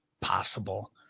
possible